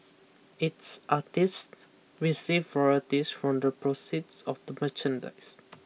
its artists receive royalties from the proceeds of the merchandise